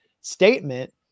statement